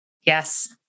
Yes